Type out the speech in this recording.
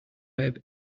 web